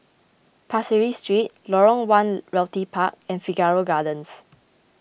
Pasir Ris Street Lorong one Realty Park and Figaro Gardens